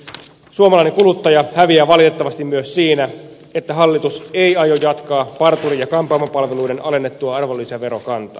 suomalainen kuluttaja häviää valitettavasti myös siinä että hallitus ei aio jatkaa parturi ja kampaamopalveluiden alennettua arvonlisäverokantaa